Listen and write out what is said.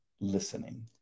listening